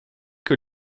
que